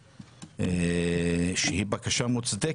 הזאת.